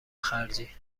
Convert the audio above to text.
خرجی